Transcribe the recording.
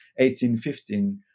1815